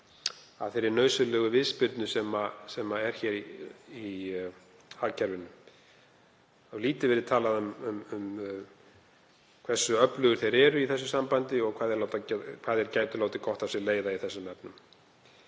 að þeirri nauðsynlegu viðspyrnu sem er hér í hagkerfinu. Það hefur lítið verið talað um hversu öflugir þeir eru í því sambandi og hvað þeir gætu látið gott af sér leiða í þeim efnum.